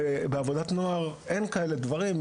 בעבודת נוער אין כאלה דברים.